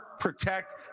protect